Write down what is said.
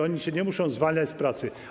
Oni się nie muszą zwalniać z pracy.